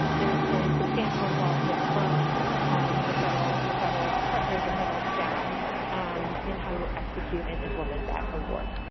there's some substantial involvement from the federal your federal partners, your federal staff in how you execute and implement that award.